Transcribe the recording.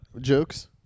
jokes